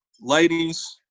ladies